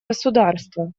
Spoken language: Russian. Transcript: государства